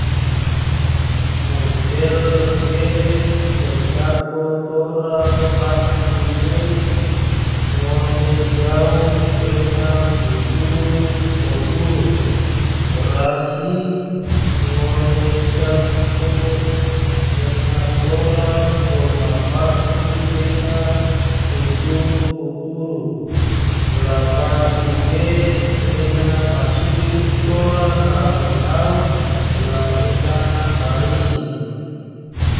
Murtel ge so cako tora paku ge, ngone jau ena foturu-foturu rasi ngone cako ena tora toma paku gena futuru-futuru la paku ge ena masusu tora nao-nao la ena marisi.